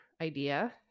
idea